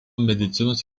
medicinos